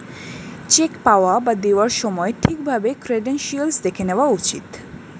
check পাওয়া বা দেওয়ার সময় ঠিক ভাবে ক্রেডেনশিয়াল্স দেখে নেওয়া উচিত